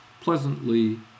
pleasantly